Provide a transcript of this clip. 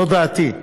זו דעתי.